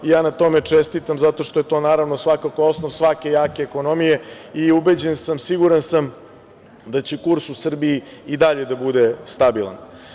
Ja na tome čestitam, zato što je to, naravno svakako osnov svake jake ekonomije i siguran sam da će kurs u Srbiji i dalje da bude stabilan.